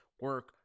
Work